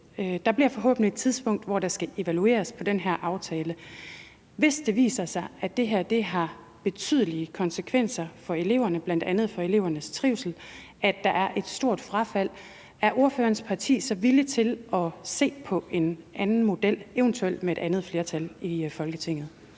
Der bliver forhåbentlig et tidspunkt, hvor der skal evalueres på den her aftale. Hvis det viser sig, at det her har betydelige konsekvenser for eleverne, bl.a. for elevernes trivsel og også i form af et stort frafald, er ordførerens parti så villig til at se på en anden model, eventuelt med et andet flertal i Folketinget?